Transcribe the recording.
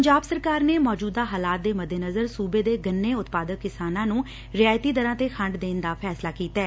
ਪੰਜਾਬ ਸਰਕਾਰ ਨੇ ਮੌਜੁਦਾ ਹਾਲਾਤ ਦੇ ਮੱਦੇਨਜ਼ਰ ਸੁਬੇ ਦੇ ਗੰਨੇ ਉਤਪਾਦਕ ਕਿਸਾਨਾਂ ਨੂੰ ਰਿਆਇਤੀ ਦਰਾਂ ਤੇ ਖੰਡ ਦੇਣ ਦਾ ਫੈਸਲਾ ਕੀਡੈ